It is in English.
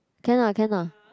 can lah can lah